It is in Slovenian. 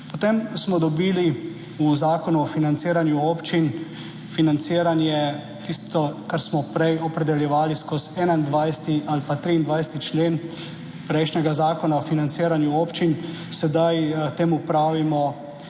Potem smo dobili v Zakonu o financiranju občin; financiranje, tisto, kar smo prej opredeljevali skozi 21. ali pa 23. člen prejšnjega Zakona o financiranju občin, sedaj temu pravimo,